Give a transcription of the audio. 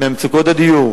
ממצוקות הדיור